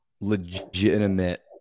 legitimate